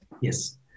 yes